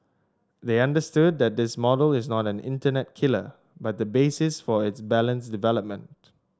they understood that this model is not an internet killer but the basis for its balanced development